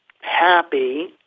happy